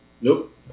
Nope